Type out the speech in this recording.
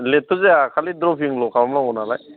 लेटथ' जाया खालि द्रपिंल' खालामनांगौ नालाय